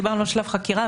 דיברנו על שלב חקירה,